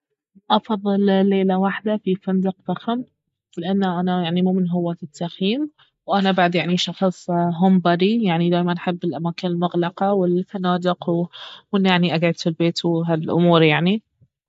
افضل ليلة وحدة في فندق فخم لان انا يعني مو من هواة التخييم وانا بعد يعني شخص هوم بدي يعني دايما احب الأماكن المغلقة والفنادق وانه يعني اقعد في البيت وهالامور يعني